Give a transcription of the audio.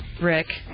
Rick